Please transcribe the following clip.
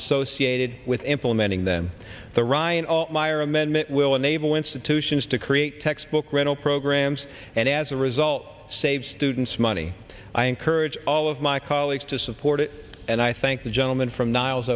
associated with implementing them the ryan meyer amendment will enable institutions to create textbook rental programs and as a result save students money i encourage all of my colleagues to support it and i thank the gentleman from niles